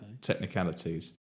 Technicalities